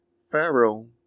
Pharaoh